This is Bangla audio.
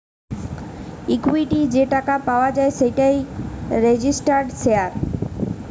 ইকুইটি যে টাকাটা পাওয়া যায় সেটাই রেজিস্টার্ড শেয়ার